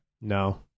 No